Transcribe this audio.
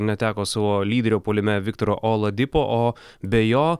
neteko savo lyderio puolime viktoro oladipo o be jo